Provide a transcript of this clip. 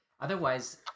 otherwise